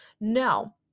No